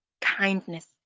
kindness